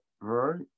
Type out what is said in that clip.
right